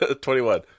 Twenty-one